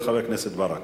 חבר הכנסת ברכה.